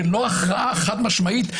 שאינו הכרעה חד משמעית.